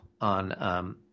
on